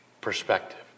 perspective